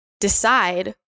decide